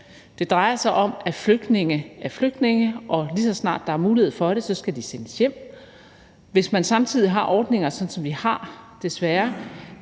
Det drejer sig om, at flygtninge er flygtninge, og lige så snart der er mulighed for det, skal de sendes hjem. Hvis man samtidig har ordninger, sådan som vi desværre